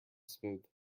smooth